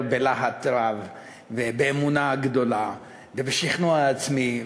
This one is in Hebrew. בלהט רב ובאמונה גדולה ובשכנוע עצמי,